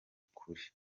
ukuri